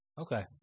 okay